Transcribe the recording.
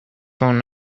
phone